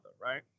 right